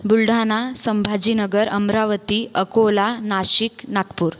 Buldhana Sambhajinagar Amravati Akola Nashik Nagpur